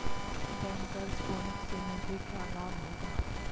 Bankers bonus से मुझे क्या लाभ होगा?